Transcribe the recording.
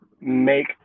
make